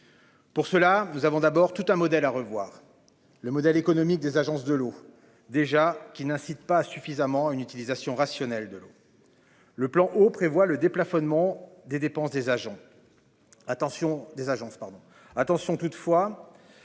Pour cela, nous avons d'abord tout un modèle à revoir le modèle économique des agences de l'eau déjà qui n'incitent pas suffisamment une utilisation rationnelle de l'eau. Le plan au prévoit le déplafonnement des dépenses des agents.